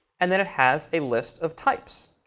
and then it has a list of types.